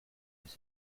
with